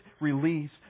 release